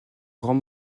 grand